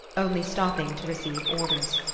only stopping to receive orders.